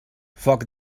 foc